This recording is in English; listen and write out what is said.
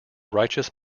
righteous